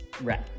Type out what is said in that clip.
Right